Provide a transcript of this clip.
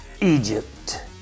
Egypt